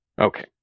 Okay